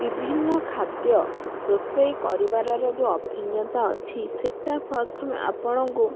ବିଭିନ୍ନ ଖାଦ୍ୟ ରୋଷେଇ କରିବାରର ଯେଉଁ ଅଭିଜ୍ଞତା ଅଛି ସେଇଟା ପ୍ରଥମେ ଆପଣଙ୍କୁ